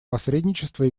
посредничество